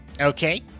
okay